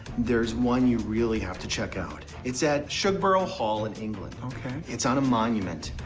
there's one you really have to check out. it's at shugborough hall in england. okay. it's on a monument,